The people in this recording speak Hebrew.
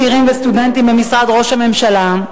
צעירים וסטודנטים במשרד ראש הממשלה,